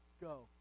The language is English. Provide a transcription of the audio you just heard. Go